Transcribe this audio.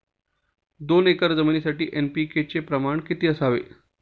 दोन एकर जमिनीसाठी एन.पी.के चे प्रमाण किती असावे?